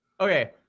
Okay